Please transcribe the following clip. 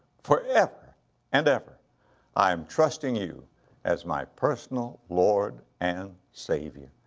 forever and ever i'm trusting you as my personal lord and savior.